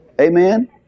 Amen